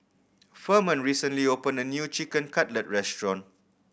Ferman recently opened a new Chicken Cutlet Restaurant